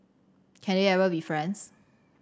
can they ever be friends